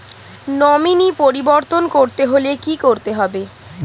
Nominee পরিবর্তন করতে হলে কী করতে হবে?